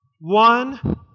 One